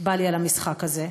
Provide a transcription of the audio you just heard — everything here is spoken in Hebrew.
בא לי על המשחק הזה.